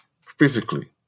physically